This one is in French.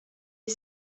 est